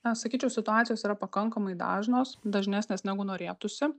na sakyčiau situacijos yra pakankamai dažnos dažnesnės negu norėtųsi